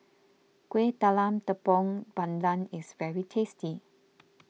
Kueh Talam Tepong Pandan is very tasty